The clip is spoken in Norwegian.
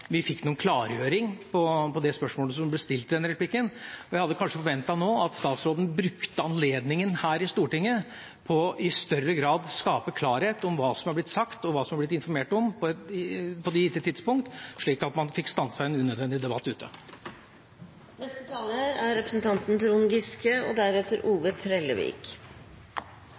nå brukte anledningen her i Stortinget til i større grad å skape klarhet i hva som har blitt sagt, og hva det har blitt informert om på de gitte tidspunkt, slik at man fikk stanset en unødvendig debatt